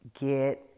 get